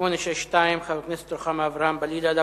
מס' 862, חברת הכנסת רוחמה אברהם-בלילא, אינה